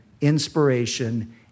inspiration